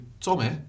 Tommy